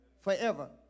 Forever